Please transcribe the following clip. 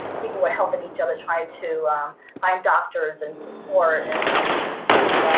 people were helping each other try to find doctors and support and and